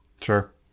Sure